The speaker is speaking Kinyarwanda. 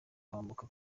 kwambuka